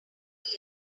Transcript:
else